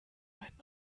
einen